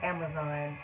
Amazon